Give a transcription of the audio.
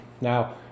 Now